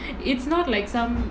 it's not like some